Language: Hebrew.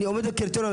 אני עומד בקריטריונים,